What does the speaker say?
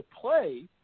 play